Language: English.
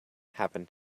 happened